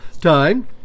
time